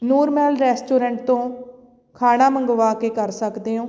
ਨੂਰ Mahal restaurant ਤੋਂ ਖਾਣਾ ਮੰਗਵਾ ਕੇ ਕਰ ਸਕਦੇ ਹੋ